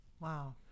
Wow